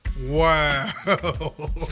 Wow